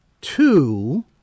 Two